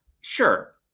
sure